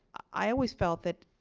i always felt that,